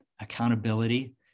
accountability